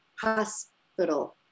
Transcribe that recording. hospital